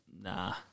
nah